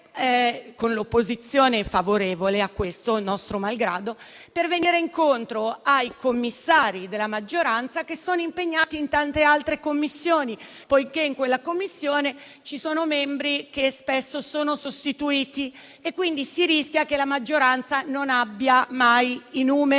con l'opposizione favorevole a questo, nostro malgrado, per venire incontro ai Commissari della maggioranza che sono impegnati in tante altre Commissioni, poiché in quella Commissione ci sono membri che spesso sono sostituiti. Quindi, si rischia che la maggioranza non abbia mai i numeri.